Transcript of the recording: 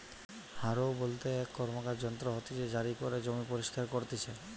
হারও বলতে এক র্কমকার যন্ত্র হতিছে জারি করে জমি পরিস্কার করতিছে